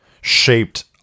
shaped